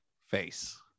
face